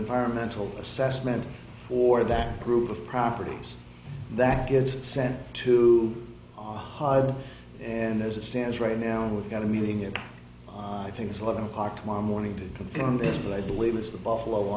environmental assessment or that group of properties that gets sent to hide and as it stands right now we've got a meeting and i think it's eleven o'clock tomorrow morning to confirm this but i believe it's the buffalo